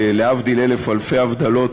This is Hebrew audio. להבדיל אלף אלפי הבדלות,